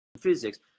physics